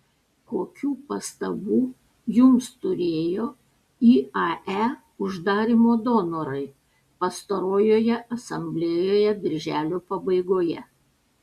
kokių pastabų jums turėjo iae uždarymo donorai pastarojoje asamblėjoje birželio pabaigoje